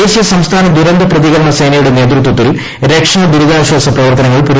ദേശീയ സംസ്ഥാന ദുരന്ത പ്രതികരണ സേനയുടെ നേതൃത്വത്തിൽ രക്ഷാ ദുരിതാശ്വാസ പ്രവർത്തനങ്ങൾ പുരോഗമിക്കുന്നുണ്ട്